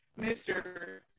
Mr